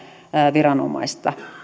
viranomaista